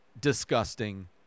disgusting